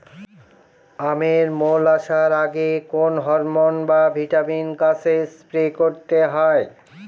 আমের মোল আসার আগে কোন হরমন বা ভিটামিন গাছে স্প্রে করতে হয়?